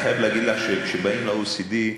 אני חייב להגיד לך שכשבאים ל-OECD,